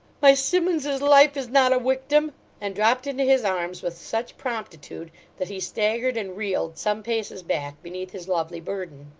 my simmuns's life is not a wictim and dropped into his arms with such promptitude that he staggered and reeled some paces back, beneath his lovely burden.